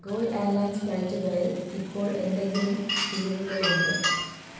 goal airlines ഫ്ലൈറ്റുകളിൽ ഇപ്പോൾ എന്തെങ്കിലും കിഴിവുകളുണ്ടോ